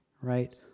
right